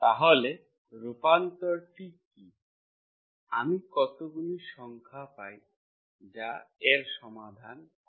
তাহলে রূপান্তরটি কি আমি কত গুলি সংখ্যা পাই যা এর সমাধান করে